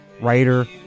writer